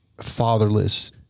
fatherless